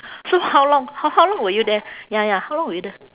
so how long how how long were you there ya ya how long were you there